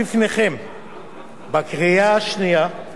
לקריאה שנייה ולקריאה שלישית,